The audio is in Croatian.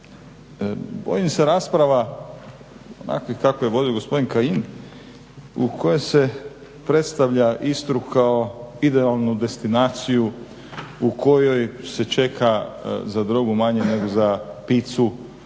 Bojim se rasprava onakvih kakve je vodio gospodin Kajin u kojim se predstavlja Istru kao idealnu destinaciju u kojoj se čeka za drogu manje nego za pizzu.